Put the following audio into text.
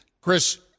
Chris